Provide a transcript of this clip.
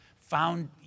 found